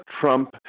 trump